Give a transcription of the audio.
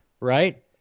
right